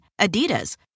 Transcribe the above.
Adidas